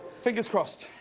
fingers crossed.